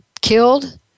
killed